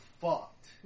fucked